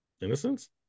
innocence